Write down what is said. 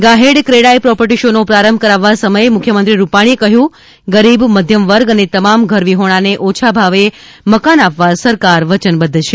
GIHED CREDAI property show નો પ્રારંભ કરાવવા સમયે મુખ્યમંત્રી રૂપાણી એ કહ્યું ગરીબ મધ્યમ વર્ગ અને તમામ ઘરવિહોણા ને ઓછા ભાવે મકાન આપવા સરકાર વચનબધ્ફ છે